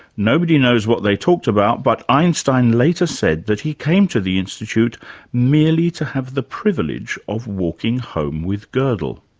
nobody knows what they talked about but einstein later said that he came to the institute merely to have the privilege of walking home with godel.